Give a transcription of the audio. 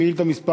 שאילתה מס'